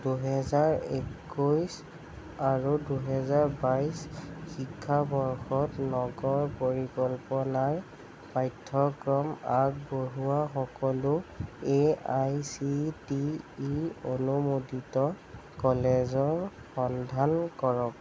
দুহেজাৰ একৈছ আৰু দুহেজাৰ বাইছ শিক্ষাবৰ্ষত নগৰ পৰিকল্পনাৰ পাঠ্যক্ৰম আগবঢ়োৱা সকলো A I C T E অনুমোদিত কলেজৰ সন্ধান কৰক